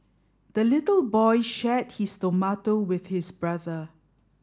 the little boy shared his tomato with his brother